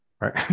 right